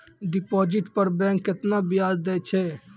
Deposit पर bank केतना ब्याज दै छै?